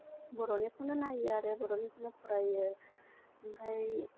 बर'निखौनो नायो आरो बर'निखौनो फरायो ओमफ्राय